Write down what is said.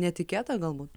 netikėta galbūt